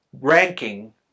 ranking